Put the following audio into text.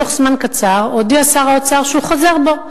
בתוך זמן קצר הודיע שר האוצר שהוא חוזר בו,